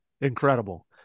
Incredible